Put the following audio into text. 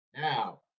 Now